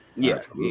Yes